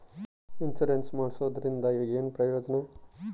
Insurance ಮಾಡ್ಸೋದರಿಂದ ಏನು ಪ್ರಯೋಜನ?